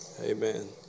Amen